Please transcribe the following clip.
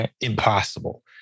impossible